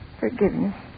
forgiveness